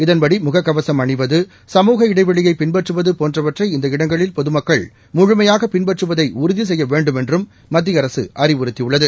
இதன்படி முக கவசம் அணிவது சமூக இடைவெளியை பின்பற்றுவது போன்றவற்றை இந்த இடங்களில் பொதுமக்கள முழுமையாக பின்பற்றுவதை உறுதி செய்ய வேண்டுமென்றும் மத்திய அரசு அறிவுறுத்தியுள்ளது